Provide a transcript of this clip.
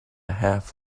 half